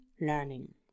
learning